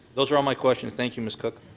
those are um my questions. thank you, miss cook.